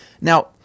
Now